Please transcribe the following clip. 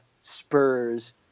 Spurs